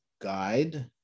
guide